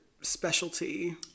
specialty